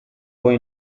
poi